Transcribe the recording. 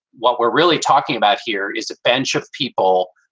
what we're really talking about here is a bench of people.